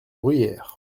bruyères